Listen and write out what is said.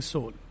Soul